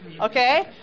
Okay